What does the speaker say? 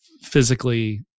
physically